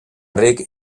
ric